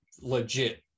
legit